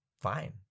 Fine